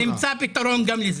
נמצא פתרון גם לזה.